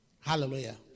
Hallelujah